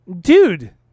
dude